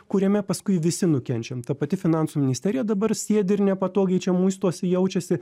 kuriame paskui visi nukenčiam ta pati finansų ministerija dabar sėdi ir nepatogiai čia muistosi jaučiasi